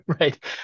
Right